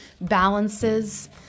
balances